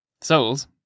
Souls